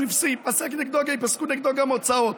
שייפסקו נגדו גם הוצאות.